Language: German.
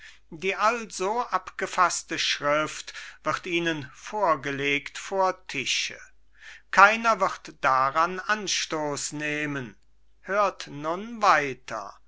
die also abgefaßte schrift wird ihnen vorgelegt vor tische keiner wird daran anstoß nehmen hört nun weiter